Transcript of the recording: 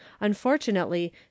Unfortunately